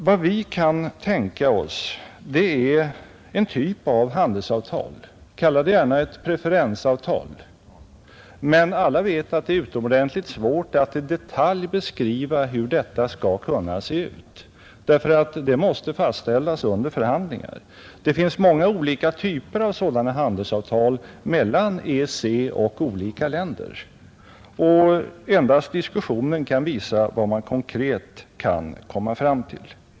Vad vi kan tänka oss är en typ av handelsavtal — kalla det gärna ett preferensavtal. Men alla vet att det är utomordentligt svårt att i detalj beskriva hur detta skall kunna se ut; det måste fastställas genom förhandlingar, Det finns många olika typer av sådana handelsavtal mellan EEC och oiika länder, och endast diskussionen kan visa vad man konkret kan komma fram till.